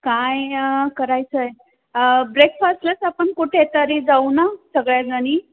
काय करायचं आहे ब्रेकफासलाच आपण कुठेतरी जाऊ ना सगळ्याजणी